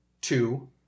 two